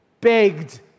begged